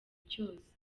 cyose